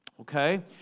Okay